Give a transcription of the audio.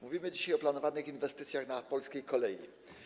Mówimy dzisiaj o planowanych inwestycjach na polskiej kolei.